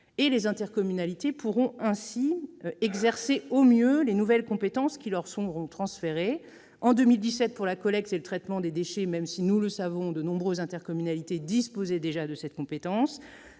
Les intercommunalités pourront ainsi exercer au mieux les nouvelles compétences qui leur seront transférées : en 2017, la collecte et le traitement des déchets, même si, nous le savons, de nombreuses intercommunalités disposent déjà de cette compétence,